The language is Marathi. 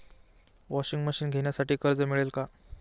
वॉशिंग मशीन घेण्यासाठी कर्ज मिळेल का?